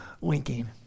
winking